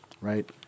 right